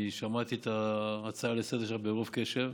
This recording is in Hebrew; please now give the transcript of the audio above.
אני שמעתי את ההצעה לסדר-היום שלך ברוב קשב.